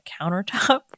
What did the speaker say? countertop